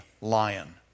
lion